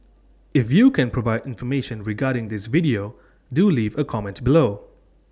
if you can provide information regarding this video do leave A comment below